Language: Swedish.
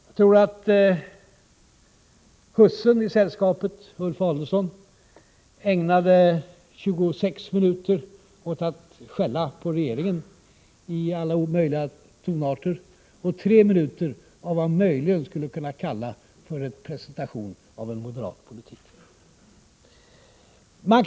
Jag tror att hussen i sällskapet, Ulf Adelsohn, ägnade 26 minuter åt att skälla på regeringen i alla möjliga tonarter och 3 minuter åt vad man möjligen skulle kunna kalla för en presentation av en moderat politik.